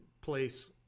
place